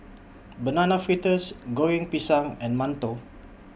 Banana Fritters Goreng Pisang and mantou